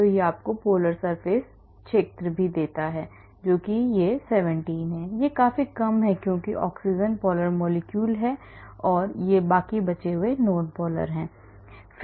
तो यह आपको polar surface क्षेत्र देता है यह 17 है यह काफी कम है क्योंकि ऑक्सीजन polar molecule शेष है एक non polar है